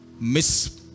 miss